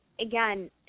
again